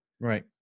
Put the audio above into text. Right